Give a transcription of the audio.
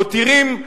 מותירים,